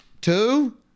two